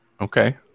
Okay